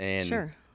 Sure